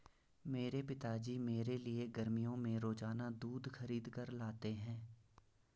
मेरे पिताजी मेरे लिए गर्मियों में रोजाना दूध खरीद कर लाते हैं